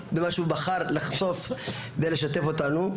במה שהוא בחר לחשוף ולשתף אותנו,